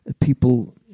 people